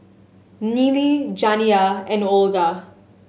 Nealy Janiyah and Olga